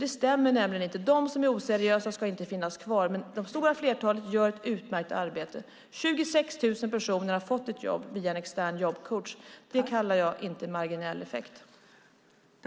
Det stämmer nämligen inte. De som är oseriösa ska inte finnas kvar, men det stora flertalet gör ett utmärkt arbete. 26 000 personer har fått jobb via en extern jobbcoach. Det kallar jag inte en marginell effekt.